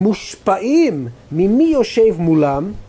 מושפעים ממי יושב מולם.